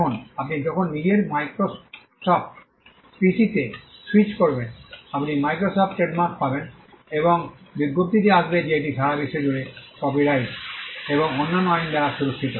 এখন আপনি যখন নিজের মাইক্রোসফ্ট পিসিতে স্যুইচ করবেন আপনি মাইক্রোসফ্ট ট্রেডমার্ক পাবেন এবং বিজ্ঞপ্তিটি আসবে যে এটি সারা বিশ্ব জুড়ে কপিরাইট এবং অন্যান্য আইন দ্বারা সুরক্ষিত